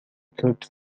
cooked